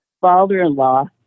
father-in-law